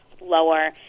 lower